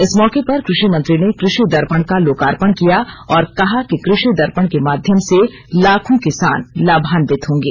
इस मौके पर क्रषि मंत्री ने कृषि दर्पण का लोकार्पण किया और कहा कि कृषि दर्पण के माध्यम से लाखों किसान लाभान्वित होंगे